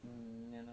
ya